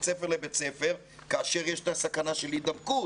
ספר לבית ספר כאשר יש סכנה של הידבקות?